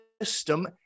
System